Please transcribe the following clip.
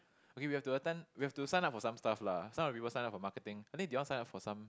okay we have to attend we have to sign up for some stuff lah some of the people sign for marketing think they all sign up for some